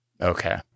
Okay